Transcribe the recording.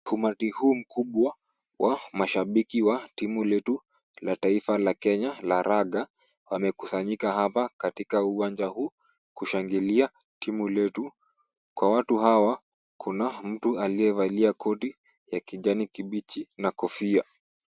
Umati huu mkubwa wa mashabiki wa timu letu la taifa la Kenya la raga wamekusanyika hapa katika uwanja huu kushangilia timu letu. Kwa watu hawa kuna mtu aliyevalia koti ya kijani kibichi na kofia.